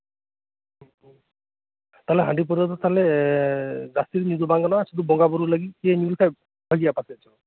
ᱛᱟᱦᱞᱮ ᱦᱟᱸᱹᱰᱤ ᱯᱟᱹᱣᱨᱟᱹ ᱫᱚ ᱛᱟᱦᱞᱮ ᱡᱟᱹᱥᱛᱤ ᱫᱚ ᱧᱩ ᱵᱟᱝ ᱜᱟᱱᱚᱜᱼᱟ ᱥᱩᱫᱷᱩ ᱵᱚᱝᱜᱟ ᱵᱩᱨᱩ ᱞᱟᱹᱜᱤᱫ ᱧᱩ ᱞᱮᱠᱷᱟᱱ ᱵᱷᱟᱹᱜᱤᱜᱼᱟ ᱯᱟᱪᱮᱜ